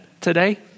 today